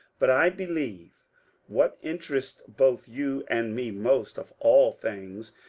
but i believe what interests both you and me most of all things,